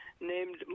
named